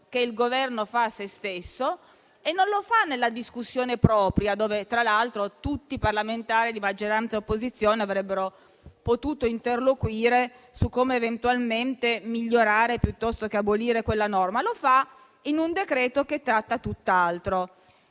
che il Governo fa a sé stesso e non lo fa nella discussione propria - dove, tra l'altro, tutti i parlamentari di maggioranza e opposizione avrebbero potuto interloquire su come migliorare, piuttosto che abolire la norma - ma con riferimento a un decreto-legge che tratta tutt'altro.